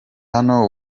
hano